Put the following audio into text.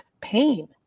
pain